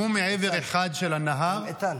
איתן.